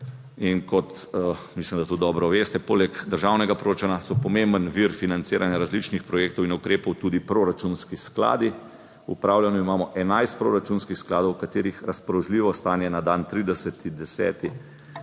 evrov. Mislim, da tudi dobro veste, da poleg državnega proračuna so pomemben vir financiranja različnih projektov in ukrepov tudi proračunski skladi v upravljanju. Imamo 11 proračunskih skladov, katerih razpoložljivo stanje na dan 30. 10.